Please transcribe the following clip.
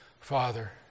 Father